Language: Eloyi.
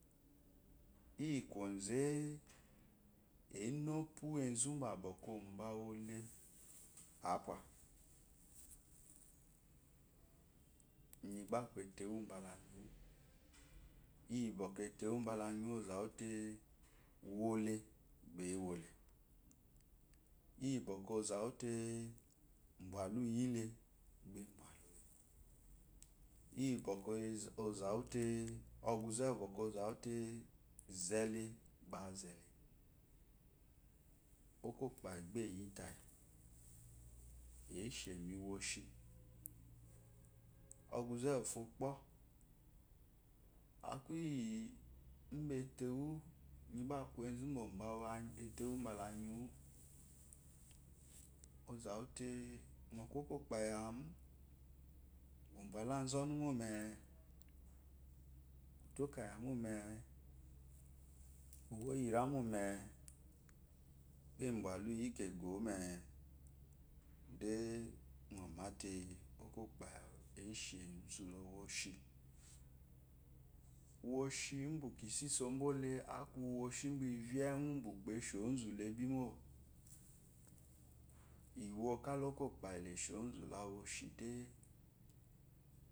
Iyi kozr ana úwú ezu ba bɔkol ɔbawule ape iyi ba aku etewu bala mile. iyi boko ete wu bela anyiwa ɔzawúte úwúole iyi bɔkɔ ɔzáwute bwahuyile baba ebwalule. iyibɔkɔ okawute ɔquze uwu bckɔ ɔzá weite zehe ba azete okopayi bá eyitayi eshimi woshi ɔyube úwúfyo po aku iyi ibete wu zu ba bawu etewu balá niwú ɔzawute nɔku okopayi awú ki balu ezɔnu mó me kitó kayaá mo meé kiwo iyira mo mee nɔki bwa liyi kego me de nɔ ma teokopa yi awu eshe mi woshi woshi ubu kiso iso bule aku woshi ubú ive iyi enwu iyi ukpó eshi ozu le bimo iwo iyi okopeyi le shi ozu la woshi de